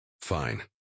Fine